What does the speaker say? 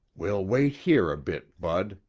we'll wait here a bit, bud.